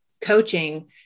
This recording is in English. coaching